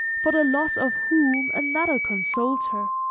for the loss of whom another consoles her